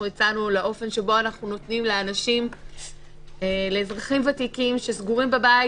הצענו לאופן שבו אנחנו נותנים לאזרחים ותיקים שסגורים בבית,